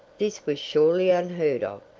this was surely unheard of.